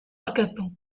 aurkeztu